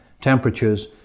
temperatures